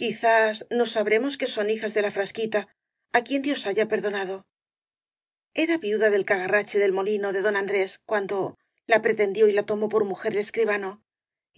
quizás no sabremos que son hi jas de la frasquita á quien dios haya perdonado era viudadel cagarrache del molino de don andrés cuando la pretendió y la tomó por mujer el escri bano